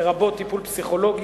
לרבות טיפול פסיכולוגי,